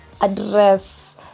Address